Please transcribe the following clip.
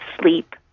sleep